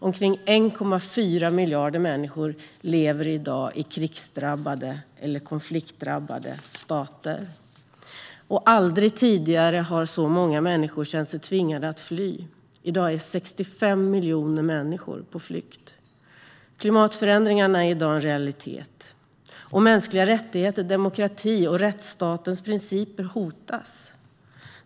Omkring 1,4 miljarder människor lever i dag i krigsdrabbade eller konfliktdrabbade stater. Aldrig tidigare har så många människor känt sig tvingade att fly. I dag är 65 miljoner människor på flykt. Klimatförändringarna är i dag en realitet. Mänskliga rättigheter, demokrati och rättsstatens principer hotas.